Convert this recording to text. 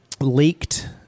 leaked